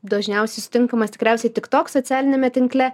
dažniausiai sutinkamas tikriausiai tik tok socialiniame tinkle